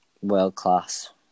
World-class